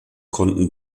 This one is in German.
konnten